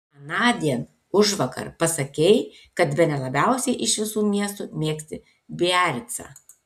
anądien užvakar pasakei kad bene labiausiai iš visų miestų mėgsti biaricą